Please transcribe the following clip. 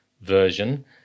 version